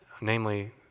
Namely